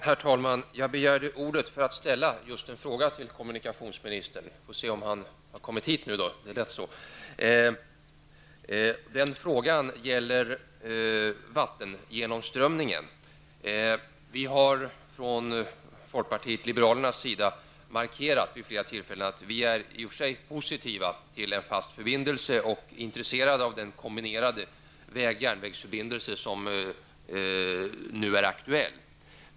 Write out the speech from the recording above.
Herr talman! Jag begärde ordet för att ställa en fråga till kommunikationsministern. Vi får väl se om han kommer hit i tid för att kunna besvara den. Frågan gäller vattengenomströmningen. Vi har från folkpartiet liberalerna vid flera tillfällen markerat att vi i och för sig är positiva till en fast förbindelse och intresserade av den kombinerade väg och järnvägsförbindelse som nu är aktuell.